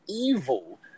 evil